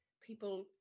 people